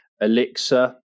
Elixir